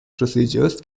procedures